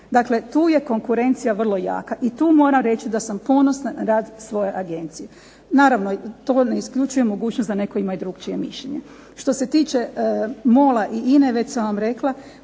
Dakle tu je konkurencija vrlo jaka i tu moram reći da sam ponosna na rad svoje agencije. Naravno to ne isključuje mogućnost da netko ima i drukčije mišljenje. Što se tiče MOL-a i INA-e već sam vam rekla